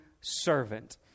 servant